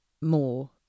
more